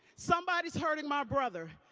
somebody is hurting my brother,